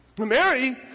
Mary